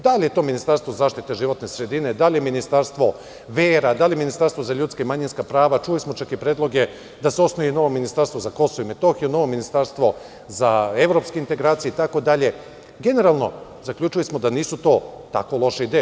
Da li je to ministarstvo zaštite životne sredine, da li je ministarstvo vera, da li ministarstvo za ljudska i manjinska prava, čuli smo čak i predloge da se osnuje i novo ministarstvo za KiM, novo ministarstvo za evropske integracije itd, generalno, zaključili smo da nisu to tako loše ideje.